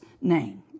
name